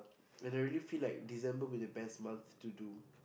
and I really feel like December would be the best month to do